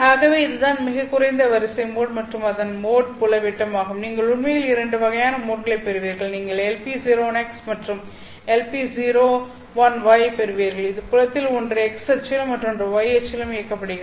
ஆகவே இதுதான் மிகக் குறைந்த வரிசை மோட் மற்றும் அதன் மோட் புலம் விட்டம் ஆகும் நீங்கள் உண்மையில் இரண்டு வகையான மோட்களைப் பெறுவீர்கள் நீங்கள் LP01x மற்றும் LP01y ஐப் பெறுவீர்கள் இது புலத்தில் ஒன்று x அச்சிலும் மற்றொன்று y அச்சிலும் இயக்கப்படுகிறது